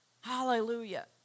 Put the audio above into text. Hallelujah